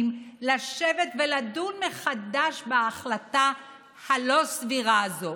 לשבת ולדון מחדש בהחלטה הלא-סבירה הזאת.